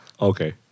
Okay